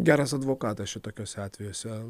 geras advokatas šitokiuose atvejuose